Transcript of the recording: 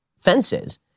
fences